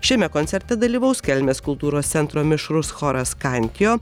šiame koncerte dalyvaus kelmės kultūros centro mišrus choras kantjo